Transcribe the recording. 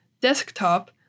desktop